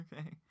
Okay